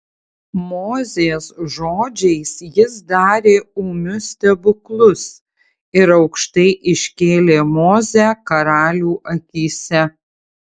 mozės žodžiais jis darė ūmius stebuklus ir aukštai iškėlė mozę karalių akyse